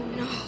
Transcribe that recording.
no